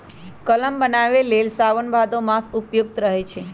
कलम बान्हे लेल साओन भादो मास उपयुक्त रहै छै